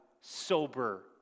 sober